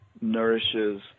nourishes